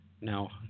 Now